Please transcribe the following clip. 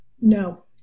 No